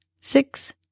six